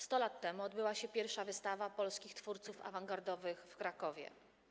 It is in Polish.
100 lat temu odbyła się pierwsza wystawa polskich twórców awangardowych w Krakowie.